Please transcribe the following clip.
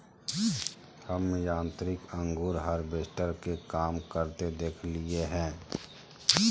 हम यांत्रिक अंगूर हार्वेस्टर के काम करते देखलिए हें